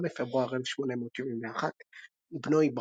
ב-8 בפברואר 1871. בנו,